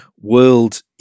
World